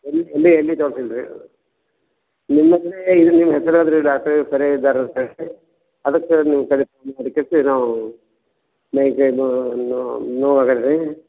ಎಲ್ಲಿ ಎಲ್ಲಿ ಎಲ್ಲೂ ತೋರ್ಸಿಲ್ಲ ರೀ ನಿಮ್ಮ ಹತ್ರನೇ ಇದು ನಿಮ್ಮ ಹೆಸ್ರು ಹೇಳಿ ಡಾಕ್ಟ್ರೇ ಇವ್ರು ಇದ್ದಾರೆ ಅಂತ ಹೇಳಿ ಅದಕ್ಕೆ ನಿಮ್ಮ ಕಡೆ ನಾವು ಮೈ ಕೈ ನೋವು ಆಗದೆ ರೀ